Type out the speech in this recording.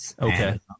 Okay